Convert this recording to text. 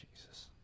Jesus